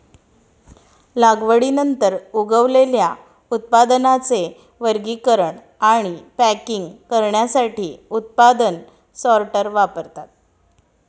लागवडीनंतर उगवलेल्या उत्पादनांचे वर्गीकरण आणि पॅकिंग करण्यासाठी उत्पादन सॉर्टर वापरतात